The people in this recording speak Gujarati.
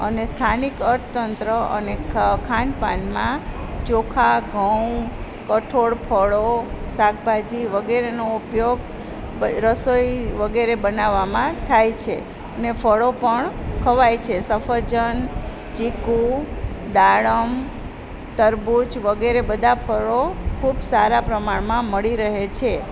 અને સ્થાનિક અર્થતંત્ર અને ખાન પાનમાં ચોખા ઘઉં કઠોળ ફળો શાકભાજી વગેરેનો ઉપયોગ રસોઈ વગેરે બનાવામાં થાય છે અને ફળો પણ ખવાય છે સફરજન ચીકુ દાડમ તરબૂચ વગેરે બધાં ફળો ખૂબ સારા પ્રમાણમાં મળી રહે છે